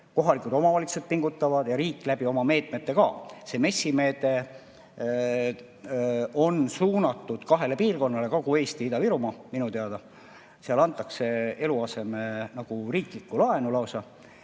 Kohalikud omavalitsused pingutavad ja riik oma meetmetega ka. See MES‑i meede on suunatud kahele piirkonnale: Kagu-Eesti ja Ida-Virumaa, minu teada. Seal antakse eluaseme jaoks lausa riiklikku laenu.